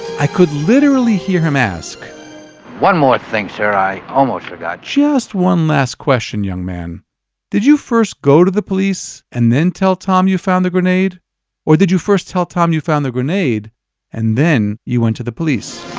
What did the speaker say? i could literally hear him ask one more thing, sir, i almost forgot just one last question, young man did you first go to the police and then tell tom you found the grenade or did you first tell tom you found the grenade and then you went to the police?